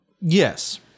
Yes